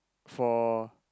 for